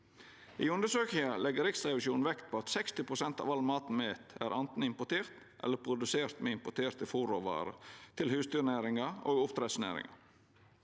I undersøkinga legg Riksrevisjonen vekt på at 60 pst. av all maten me et, er anten importert eller produsert med importerte fôrråvarer til husdyrnæringa og oppdrettsnæringa.